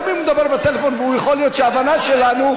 גם אם הוא מדבר בטלפון ויכול להיות שההבנה שלנו,